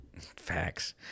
Facts